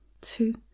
two